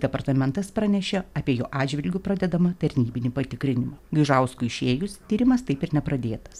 departamentas pranešė apie jo atžvilgiu pradedamą tarnybinį patikrinimą gaižauskui išėjus tyrimas taip ir nepradėtas